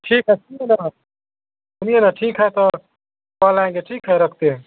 ठीक है ठीक है न सुनिए न ठीक है तो कल आएँगे ठीक है रखते हैं